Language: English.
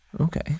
Okay